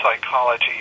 psychology